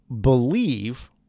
believe